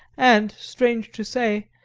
and, strange to say,